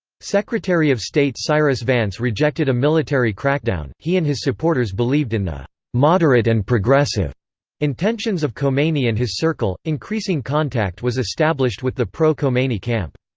secretary of state cyrus vance rejected a military crackdown he and his supporters believed in the moderate and progressive intentions of khomeini and his circle increasing contact was established with the pro-khomeini camp.